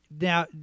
Now